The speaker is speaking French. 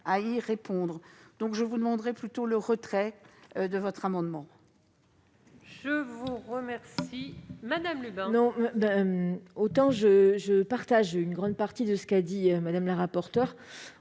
je vous remercie